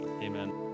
amen